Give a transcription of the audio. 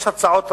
יש הצעות רבות.